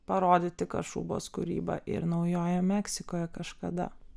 parodyti kašubos kūrybą ir naujojoje meksikoje kažkada